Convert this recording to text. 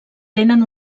tenen